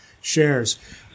shares